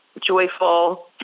joyful